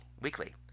weekly